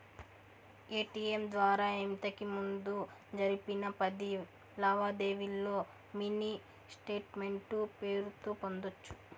ATM ద్వారా ఇంతకిముందు జరిపిన పది లావాదేవీల్లో మినీ స్టేట్మెంటు పేరుతో పొందొచ్చు